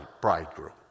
bridegroom